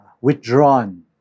withdrawn